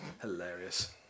hilarious